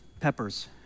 peppers